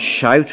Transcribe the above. shout